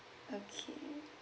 okay